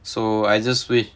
so I just wait